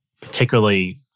particularly